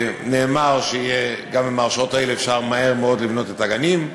ונאמר שגם עם ההרשאות האלה אפשר מהר מאוד לבנות את הגנים,